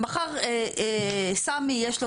מחר סמי יש לו